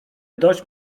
dość